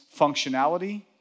functionality